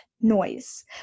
noise